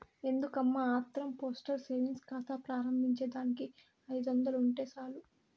ఎందుకమ్మా ఆత్రం postal savings కాతా ప్రారంబించేదానికి ఐదొందలుంటే సాలు